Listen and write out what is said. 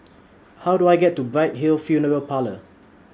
How Do I get to Bright Hill Funeral Parlour